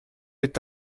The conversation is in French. est